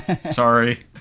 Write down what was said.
Sorry